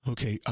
Okay